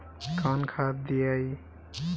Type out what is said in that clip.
कौन खाद दियई?